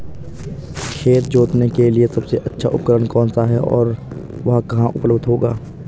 खेत जोतने के लिए सबसे अच्छा उपकरण कौन सा है और वह कहाँ उपलब्ध होगा?